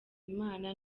imana